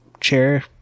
chair